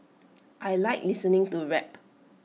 I Like listening to rap